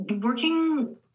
Working